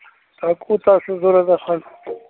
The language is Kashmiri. تۅہہِ کوٗتاہ چھُو ضروٗرت لگ بھگ